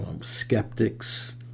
skeptics